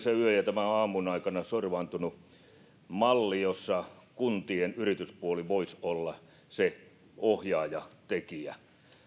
aloitettu ja edellisen yön ja tämän aamun aikana sorvaantunut malli jossa kuntien yrityspuoli voisi olla se ohjaajatekijä